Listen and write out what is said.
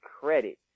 credit